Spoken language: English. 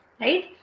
right